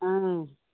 ꯑꯪ